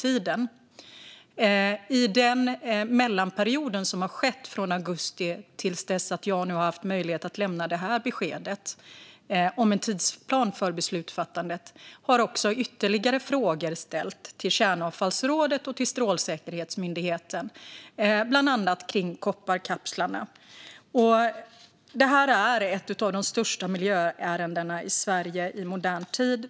I mellanperioden, från augusti till dess att jag har fått möjlighet att lämna det här beskedet om en tidsplan för beslutsfattandet, har också ytterligare frågor ställts till Kärnavfallsrådet och till Strålsäkerhetsmyndigheten, bland annat om kopparkapslarna. Det här är ett av de största miljöärendena i Sverige i modern tid.